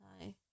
Hi